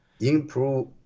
improve